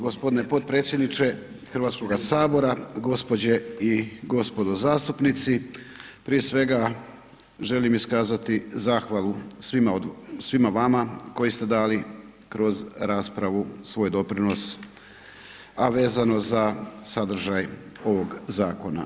Gospodine potpredsjedniče Hrvatskoga sabora, gospođe i gospodo zastupnici prije svega želim iskazati zahvalu svima vama koji ste dali kroz raspravu svoj doprinos a vezano za sadržaj ovoga Zakona.